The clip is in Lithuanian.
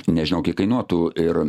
nežinau kiek kainuotų ir